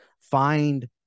find